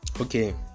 okay